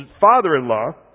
father-in-law